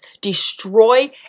destroy